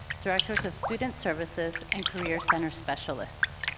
directors of student services, and career center specialists.